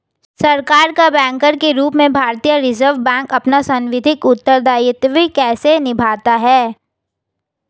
सरकार का बैंकर के रूप में भारतीय रिज़र्व बैंक अपना सांविधिक उत्तरदायित्व कैसे निभाता है?